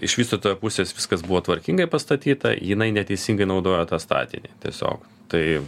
iš vystytojo pusės viskas buvo tvarkingai pastatyta jinai neteisingai naudojo tą statinį tiesiog tai